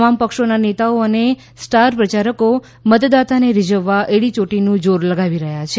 તમામ પક્ષોના નેતાઓ અને સ્ટાર પ્રચારકો મતદાતાને રીઝવવા એડીયોટીનું જોર લગાવી રહ્યા છે